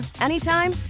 anytime